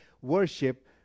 worship